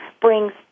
brings